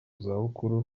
zabukuru